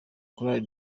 chorale